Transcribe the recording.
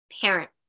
parent